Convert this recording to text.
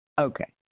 okay